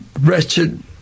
wretched